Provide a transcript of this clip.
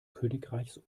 königreichs